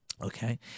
okay